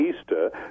Easter